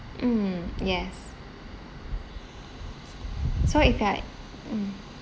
mm yes so if like mm